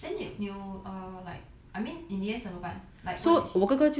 then 你有 err like I mean in the end 怎么办 like what did she